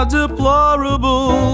deplorable